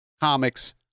comics